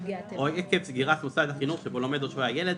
או עקב סגירת מוסד החינוך שבו לומד או שוהה הילד,